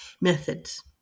methods